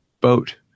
boat